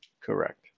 correct